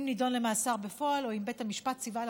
אם נידון למאסר בפועל או אם בית המשפט ציווה על